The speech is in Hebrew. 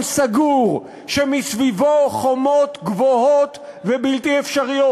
סגור שמסביבו חומות גבוהות ובלתי אפשריות.